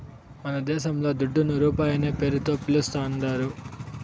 మనదేశంల దుడ్డును రూపాయనే పేరుతో పిలుస్తాందారు